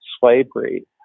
slavery